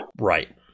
Right